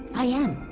i am.